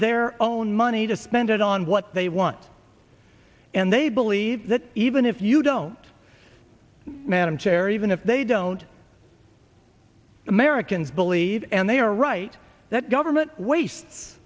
their own money to spend it on what they want and they believe that even if you don't madam chair even if they don't americans believe and they are right that government waste